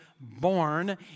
born